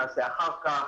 נעשה אחר כך,